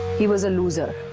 he was a loser